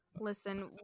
listen